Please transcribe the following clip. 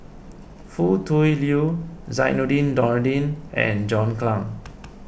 Foo Tui Liew Zainudin Nordin and John Clang